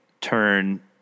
turn